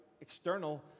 external